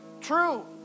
true